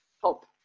help